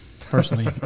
personally